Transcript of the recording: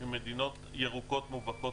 כי מדינות ירוקות מובהקות,